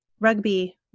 rugby